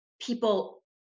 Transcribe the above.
people